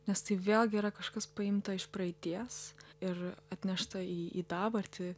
nes tai vėlgi yra kažkas paimta iš praeities ir atnešta į į dabartį